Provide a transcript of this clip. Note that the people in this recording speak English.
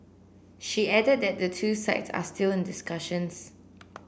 she added that the two sides are still in discussions